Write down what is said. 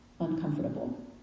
Uncomfortable